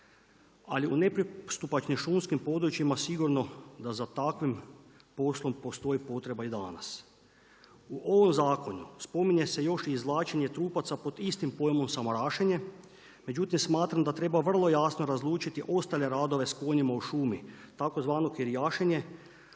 ali u nepristupačnim šumskim područjima sigurno da za takvim poslom postoji potreba i danas. U ovom zakonu spominje se još i izvlačenje trupaca pod istim pojmom …/Govornik se ne razumije./…, međutim smatram da treba vrlo jasno razlučiti ostale radove s kojima u šumi, tzv. kirijašenje.